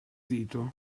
zito